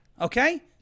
Okay